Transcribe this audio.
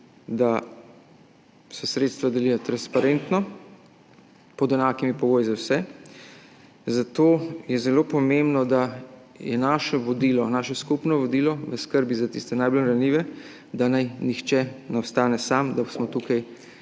da se sredstva delijo transparentno, pod enakimi pogoji za vse, zato je zelo pomembno, da je naše skupno vodilo v skrbi za tiste najbolj ranljive, da naj nihče ne ostane sam, da smo tukaj